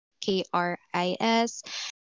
k-r-i-s